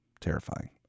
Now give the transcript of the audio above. Terrifying